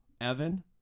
Evan